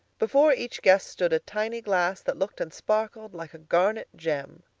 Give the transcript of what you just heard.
before each guest stood a tiny glass that looked and sparkled like a garnet gem.